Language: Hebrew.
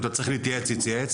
אם אתה צריך להתייעץ תתייעץ.